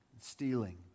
stealing